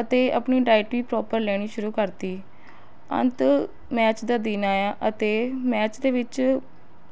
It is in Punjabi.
ਅਤੇ ਆਪਣੀ ਡਾਇਟ ਵੀ ਪ੍ਰੋਪਰ ਲੈਣੀ ਸ਼ੁਰੂ ਕਰਤੀ ਅੰਤ ਮੈਚ ਦਾ ਦਿਨ ਆਇਆ ਅਤੇ ਮੈਚ ਦੇ ਵਿੱਚ